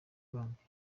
banki